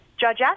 Judge